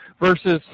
versus